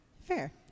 Fair